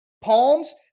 palms